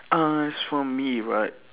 as for me right